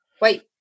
Wait